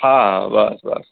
હા બસ બસ